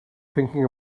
thinking